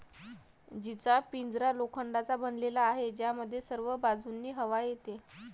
जीचा पिंजरा लोखंडाचा बनलेला आहे, ज्यामध्ये सर्व बाजूंनी हवा येते